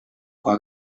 kwa